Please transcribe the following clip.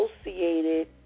associated